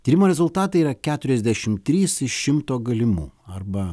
tyrimo rezultatai yra keturiasdešim trys iš šimto galimų arba